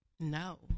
No